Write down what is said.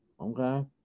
Okay